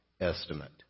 estimate